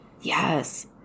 Yes